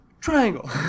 triangle